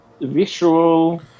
...visual